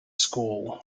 school